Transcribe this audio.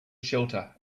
shelter